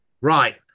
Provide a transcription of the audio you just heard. Right